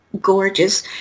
gorgeous